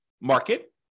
market